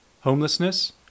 homelessness